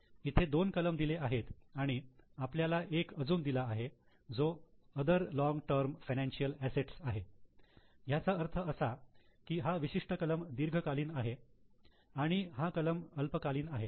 इथे दोन कलम दिले आहेत आणि आपल्याला एक अजून दिला आहे जो 'other long term financial asset' आहे याचा अर्थ असा की हा विशिष्ट कलम दीर्घकालीन आहे आणि हा कलम अल्पकालीन आहे